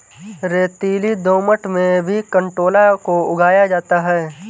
रेतीली दोमट में भी कंटोला को उगाया जाता है